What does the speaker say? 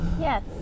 Yes